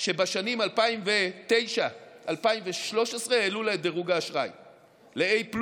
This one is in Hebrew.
שבשנים 20092013 העלו לה את דירוג האשראי ל-A+,